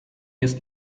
ist